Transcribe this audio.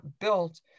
built